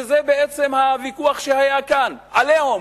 וזה בעצם הוויכוח שהיה כאן: "עליהום",